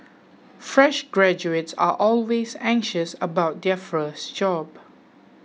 fresh graduates are always anxious about their first job